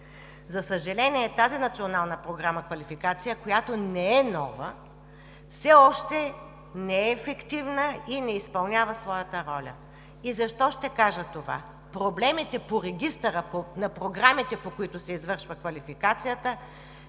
За съжаление, Националната програма „Квалификация“, която не е нова, все още не е ефективна и не изпълнява своята роля. И защо ще кажа това? Проблемите по регистъра на програмите, по който се извършва квалификацията,